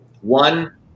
one